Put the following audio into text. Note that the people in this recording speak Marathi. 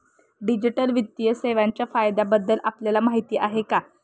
डिजिटल वित्तीय सेवांच्या फायद्यांबद्दल आपल्याला माहिती आहे का?